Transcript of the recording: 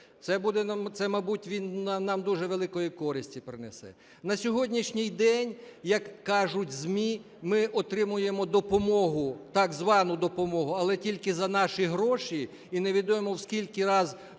Це, мабуть, він нам дуже великої користі принесе. На сьогоднішній день, як кажуть ЗМІ, ми отримуємо допомогу, так звану допомогу, але тільки за наші гроші і невідомо в скільки раз